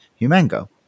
Humango